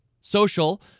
social